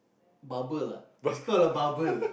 bubble ah it's called a bubble